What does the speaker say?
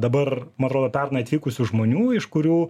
dabar man atrodo pernai atvykusių žmonių iš kurių